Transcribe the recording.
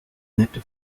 nette